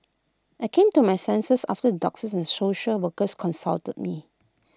I came to my senses after the doctors and social workers counselled me